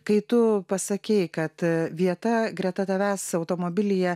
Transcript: kai tu pasakei kad vieta greta tavęs automobilyje